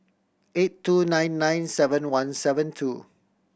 eight two nine nine seven one seven two